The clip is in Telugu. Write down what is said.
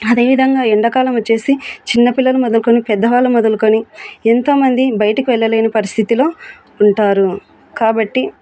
అదేవిధంగా ఎండాకాలం వచ్చేసి చిన్న పిల్లలు మొదలుకుని పెద్దవాళ్ళు మొదలుకుని ఎంతోమంది బయటకి వెళ్ళలేని పరిస్థితిలో ఉంటారు కాబట్టి